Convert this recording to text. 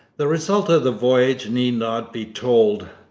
the result of the voyage need not be told.